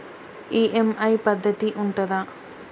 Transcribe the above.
EMI పద్ధతి ఉంటదా?